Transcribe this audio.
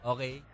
Okay